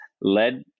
led